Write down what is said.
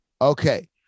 Okay